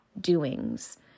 doings